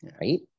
right